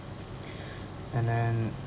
and then